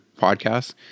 podcast